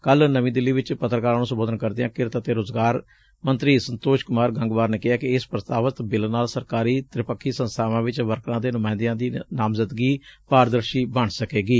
ਕੱਲੂ ਨਵੀਂ ਦਿੱਲੀ ਵਿਚ ਪੱਤਰਕਾਰਾਂ ਨੂੰ ਸੰਬੋਧਨ ਕਰਦਿਆਂ ਕ੍ਕਿਤ ਅਤੇ ਰੁਜ਼ਗਾਰ ਮੰਤਰੀ ਸੰਤੋਸ਼ ਕੁਮਾਰ ਗੰਗਵਾਰ ਨੇ ਕਿਹੈ ਕਿ ਇਸ ਪ੍ਸਤਾਵਤ ਬਿੱਲ ਨਾਲ ਸਰਕਾਰੀ ਤ੍ਰਿਪਖੀ ਸੰਸਬਾਵਾਂ ਵਿਚ ਵਰਕਰਾਂ ਦੇ ਨੁਮਾਇੰਦਿਆਂ ਦੀ ਨਾਮਜ਼ਦਗੀ ਪਾਰਦਰਸ਼ੀ ਬਣ ਸਕੇਗੀ